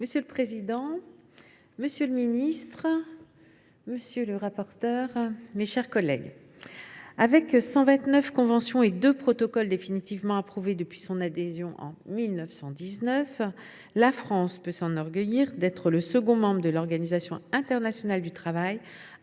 Monsieur le président, monsieur le ministre, mes chers collègues, avec 129 conventions et 2 protocoles définitivement approuvés depuis son adhésion en 1919, la France peut s’enorgueillir d’être le deuxième membre de l’Organisation internationale du travail